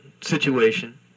situation